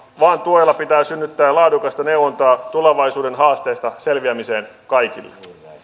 vaan tuella pitää synnyttää laadukasta neuvontaa tulevaisuuden haasteista selviämiseen kaikille